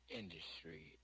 industry